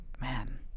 man